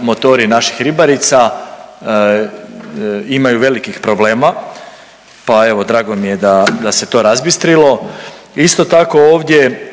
motori naših ribarica imaju velikih problema. Pa evo drago mi je da, da se to razbistrilo. Isto tako ovdje